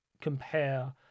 compare